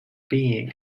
being